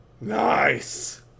Nice